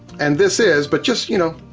and this is, but just, you know,